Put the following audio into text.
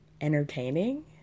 entertaining